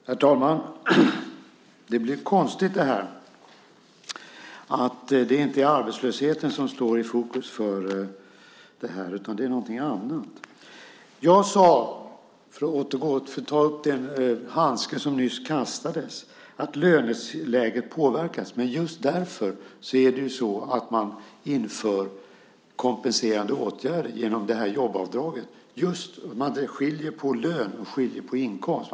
Herr talman! Det här blir konstigt; nu är det inte arbetslösheten som står i fokus utan någonting annat. Jag sade, för att ta upp den handske som nyss kastades, att löneläget påverkas. Därför inför man kompenserande åtgärder genom jobbavdraget, just för att det skiljer på lön och på inkomst.